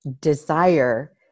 desire